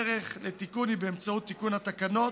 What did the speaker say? דרך המלך לתיקון החישוב היא באמצעות תיקון התקנות,